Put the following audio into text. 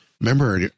remember